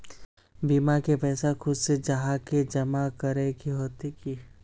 बीमा के पैसा खुद से जाहा के जमा करे होते की?